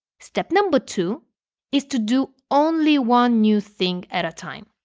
step number two is to do only one new thing at a time.